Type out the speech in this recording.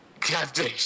Captain